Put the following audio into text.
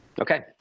Okay